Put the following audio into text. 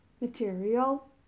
material